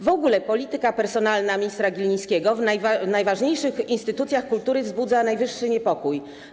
W ogóle polityka personalna ministra Glińskiego w najważniejszych instytucjach kultury wzbudza najwyższy niepokój.